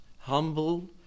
Humble